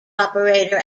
operator